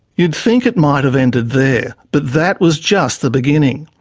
you'd think it might have ended there, but that was just the beginning.